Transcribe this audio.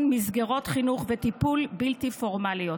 מסגרות חינוך וטיפול בלתי פורמליות,